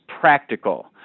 practical